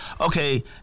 Okay